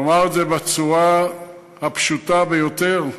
נאמר את זה בצורה הפשוטה ביותר: